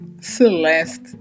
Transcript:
Celeste